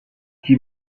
qui